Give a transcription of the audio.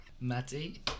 Matty